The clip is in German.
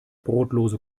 brotlose